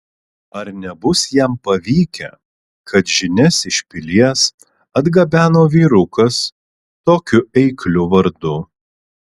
ar nebus jam pavykę kad žinias iš pilies atgabeno vyrukas tokiu eikliu vardu